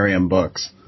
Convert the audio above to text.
books